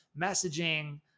messaging